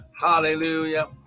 Hallelujah